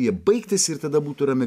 jie baigtųsi ir tada būtų rami